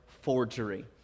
Forgery